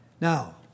Now